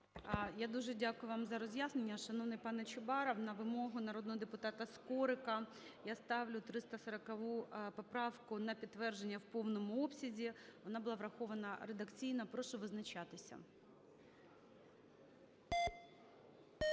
Я дуже дякую вам за роз'яснення, шановний пане Чубаров. На вимогу народного депутата Скорика я ставлю 340 поправку на підтвердження в повному обсязі. Вона була врахована редакційно. Прошу визначатися.